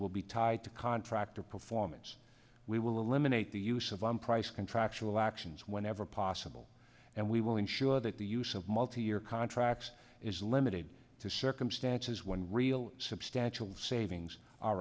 will be tied to contractor performance we will eliminate the use of one price contractual actions whenever possible and we will ensure that the use of multi year contracts is limited to circumstances when real substantial savings are